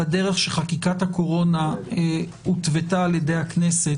בדרך שחקיקת הקורונה הותוותה על-ידי הכנסת